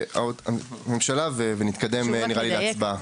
לנציגי הממשלה ונתקדם נראה לי הצבעה.